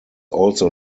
also